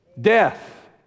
death